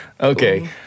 Okay